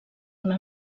una